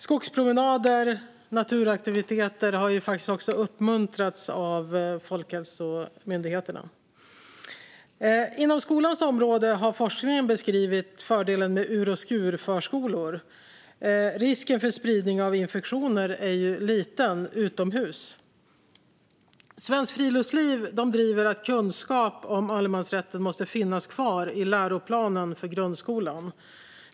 Skogspromenader och naturaktiviteter har faktiskt också uppmuntrats av Folkhälsomyndigheten. Inom skolans område har forskningen beskrivit fördelen med ur och skur-förskolor. Risken för spridning av infektioner är ju liten utomhus. Svenskt Friluftsliv driver att kunskap om allemansrätten måste finnas kvar i läroplanen för grundskolan.